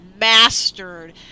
mastered